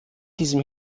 diesem